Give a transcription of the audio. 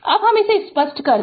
अब हम इसे स्पष्ट कर दे